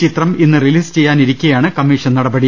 ചിത്രം ഇന്ന് റിലീസ് ചെയ്യാനിരിക്കെയാണ് കമ്മിഷൻ നടപടി